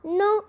no